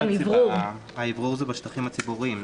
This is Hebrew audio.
האוורור זה בשטחים הציבוריים.